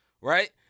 right